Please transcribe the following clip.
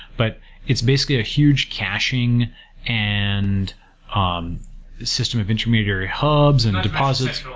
but it's basically a huge caching and ah um system of intermediary hubs and deposits.